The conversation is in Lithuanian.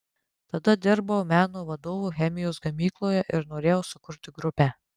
tada dirbau meno vadovu chemijos gamykloje ir norėjau sukurti grupę